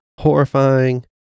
Horrifying